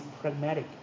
pragmatic